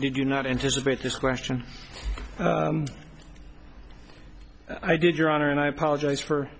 did you not anticipate this question i did your honor and i apologize for